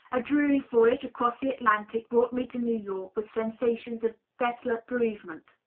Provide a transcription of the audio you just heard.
a dreary voyage across the atlantic brought me to new york with sensations of desolate bereavement.